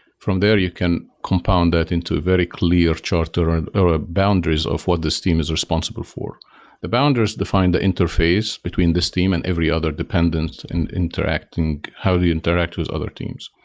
from there you can compound that into a very clear charter, and or ah boundaries of what this team is responsible for the boundaries define the interface between this team and every other dependent and interacting how they interact with other teams.